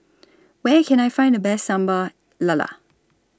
Where Can I Find The Best Sambal Lala